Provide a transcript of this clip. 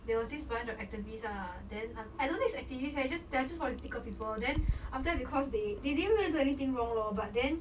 there was this bunch of activists ah then I don't think is activists eh just just political people then after that because they they didn't really do anything wrong lor but then